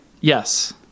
Yes